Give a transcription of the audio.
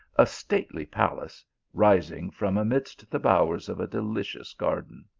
a stately palace rising from amidst the bowers of a delicious garden.